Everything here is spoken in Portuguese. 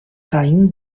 caindo